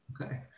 Okay